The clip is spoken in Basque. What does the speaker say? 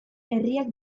herriak